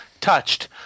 Touched